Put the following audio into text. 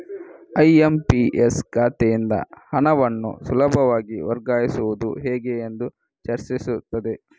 IMPS ಖಾತೆಯಿಂದ ಹಣವನ್ನು ಸುಲಭವಾಗಿ ವರ್ಗಾಯಿಸುವುದು ಹೇಗೆ ಎಂದು ಚರ್ಚಿಸುತ್ತದೆ